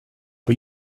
but